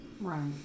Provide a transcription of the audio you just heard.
Right